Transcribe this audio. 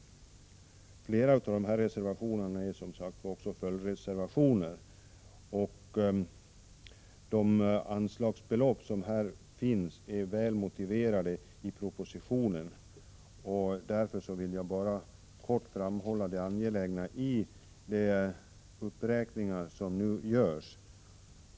Flera av reservationerna är följdreservationer. Anslagsbeloppen är mycket väl motiverade i propositionen, och jag vill därför bara framhålla det angelägna i de uppräkningar som nu görs.